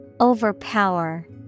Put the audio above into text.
Overpower